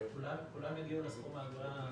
כולם יגיעו לסכום האגרה החדש.